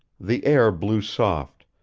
the air blew soft,